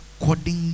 according